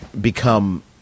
become